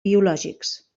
biològics